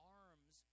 arms